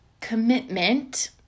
commitment